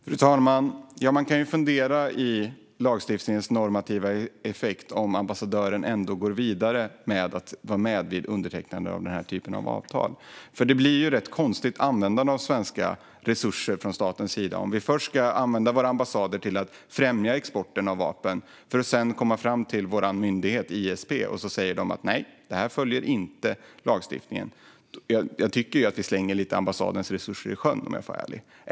Fru talman! Man kan fundera över lagstiftningens normativa effekt när ambassadören ändå går vidare med att vara med vid undertecknandet av den typen av avtal. Det blir ett rätt konstigt användande av svenska resurser från statens sida om våra ambassader först ska användas till att främja exporten av vapen och vår myndighet ISP sedan säger: Nej, det följer inte lagstiftningen. Jag tycker att vi slänger ambassadens resurser i sjön, om jag får vara ärlig.